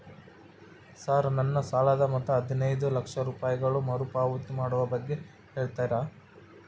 Sir ನನ್ನ ಸಾಲದ ಮೊತ್ತ ಹದಿನೈದು ಲಕ್ಷ ರೂಪಾಯಿಗಳು ಮರುಪಾವತಿ ಮಾಡುವ ಬಗ್ಗೆ ಹೇಳ್ತೇರಾ?